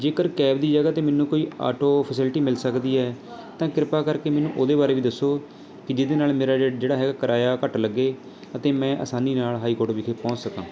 ਜੇਕਰ ਕੈਬ ਦੀ ਜਗ੍ਹਾ ਤੇ ਮੈਨੂੰ ਕੋਈ ਆਟੋ ਫੈਸਲਿਟੀ ਮਿਲ ਸਕਦੀ ਹੈ ਤਾਂ ਕਿਰਪਾ ਕਰਕੇ ਮੈਨੂੰ ਉਹਦੇ ਬਾਰੇ ਵੀ ਦੱਸੋ ਕਿ ਜਿਹਦੇ ਨਾਲ਼ ਮੇਰਾ ਜਿਹੜਾ ਹੈਗਾ ਕਰਾਇਆ ਘੱਟ ਲੱਗੇ ਅਤੇ ਮੈਂ ਆਸਾਨੀ ਨਾਲ਼ ਹਾਈ ਕੋਰਟ ਵਿਖੇ ਪਹੁੰਚ ਸਕਾਂ